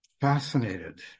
fascinated